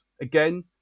again